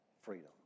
freedom